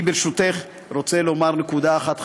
ברשותך אני רוצה לומר נקודה אחת,